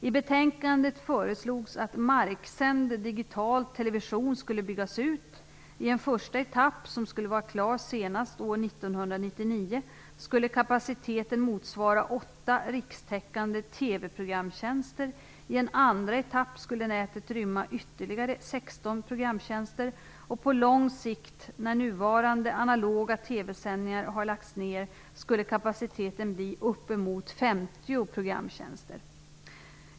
I betänkandet föreslogs att marksänd digital television skulle byggas ut. I en första etapp, som skulle vara klar senast år 1999, skulle kapaciteten motsvara 8 rikstäckande TV-programtjänster. I en andra etapp skulle nätet rymma ytterligare 16 programtjänster. På lång sikt, när nuvarande analoga TV-sändningar har lagts ner, skulle kapaciteten bli uppemot 50 programtjänster.